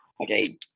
Okay